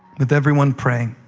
with everyone praying.